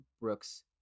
Brooks